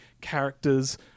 characters